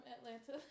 Atlanta